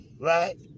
Right